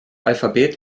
alphabet